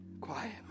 Quiet